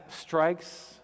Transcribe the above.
strikes